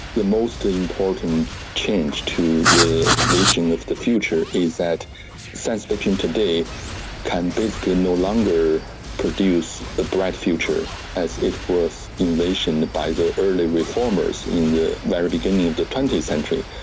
the most important change to the vision of the future is that science fiction today can basically no longer produce the bright future as it was envisioned by the early reformers in the very beginning of the twentieth century.